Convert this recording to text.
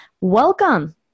Welcome